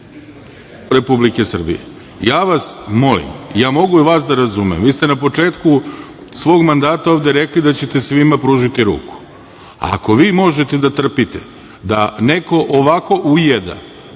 Republike Srbije. Ja vas molim, ja mogu vas da razumem, vi ste na početku svog mandata ovde rekli da ćete svima pružiti ruku, ako vi možete da trpite da neko ovako ujeda